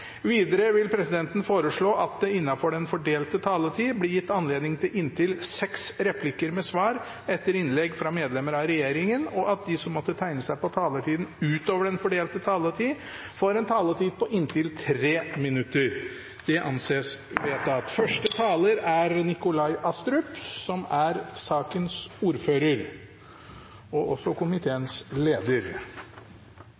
Videre vil presidenten foreslå at det – innenfor den fordelte taletid – blir gitt anledning til inntil seks replikker med svar etter innlegg fra medlemmer av regjeringen, og at de som måtte tegne seg på talerlisten utover den fordelte taletid, får en taletid på inntil 3 minutter. – Det anses vedtatt. Jeg vil aller først takke forslagsstillerne og